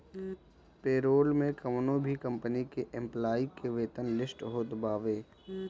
payroll में कवनो भी कंपनी के एम्प्लाई के वेतन लिस्ट होत बावे